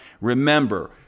remember